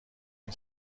این